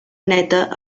neta